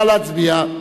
נא להצביע.